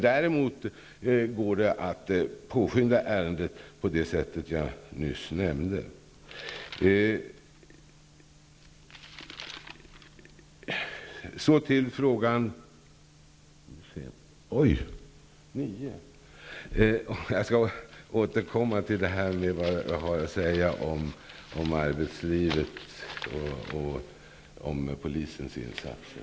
Däremot går det att påskynda ärendet på det sätt jag nyss nämnde. Jag skall återkomma till det jag har att säga om arbetslivet och polisens insatser.